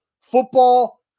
football